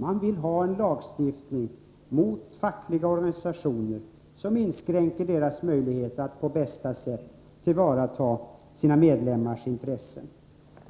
Man vill ha en lagstiftning mot fackliga organisationer, en lagstiftning som inskränker deras möjligheter att på bästa sätt tillvarata sina medlemmars intressen.